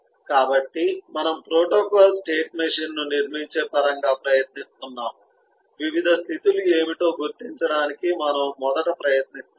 కాబట్టి మనము protocol state మెషీన్ను నిర్మించే పరంగా ప్రయత్నిస్తున్నాము వివిధ స్థితి లు ఏమిటో గుర్తించడానికి మనము మొదట ప్రయత్నిస్తున్నాము